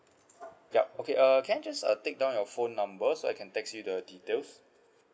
ya okay err can I just uh take down your phone number so I can text you the details